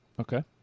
Okay